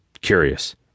curious